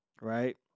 right